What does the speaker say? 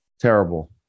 Terrible